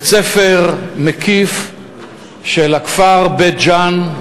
בית-הספר המקיף של הכפר בית-ג'ן,